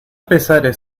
pesares